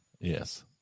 Yes